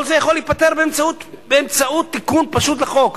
כל זה יכול להיפתר באמצעות תיקון פשוט לחוק.